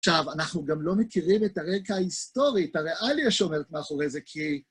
עכשיו, אנחנו גם לא מכירים את הרקע ההיסטורי, את הריאליה שעומדת מאחורי זה, כי...